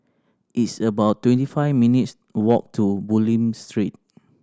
it's about twenty five minutes' walk to Bulim Street